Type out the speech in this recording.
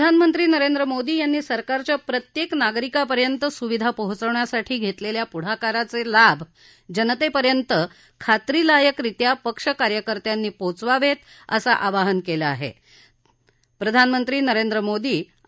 प्रधानमंत्री नरेंद्र मोदी यांनी सरकारच्या प्रत्येक नागरिकांपर्यंत सुविधा पोहचवण्यासाठी घेतलेल्या पुढाकाराचे लाभ जनतेपर्यंत खात्रीलायकरित्या पक्ष कार्यकत्र नी पोहचवावेत असं आवाहन प्रधानमंत्री नरेंद्र मोदी यांनी केलं आहे